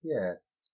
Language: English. Yes